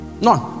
None